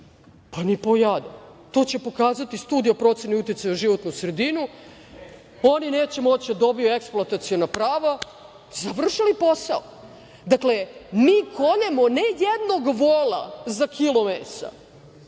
pa ni po jada. To će pokazati Studija o proceni uticaja na životnu sredinu. Oni neće moći da dobiju eksploataciona prava, završili posao. Dakle, mi koljemo ne jednog vola za kilo mesa,